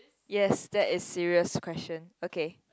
yes that is serious question okay